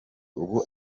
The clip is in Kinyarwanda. ubu